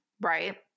Right